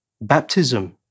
Baptism